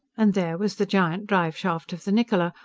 and there was the giant drive shaft of the niccola,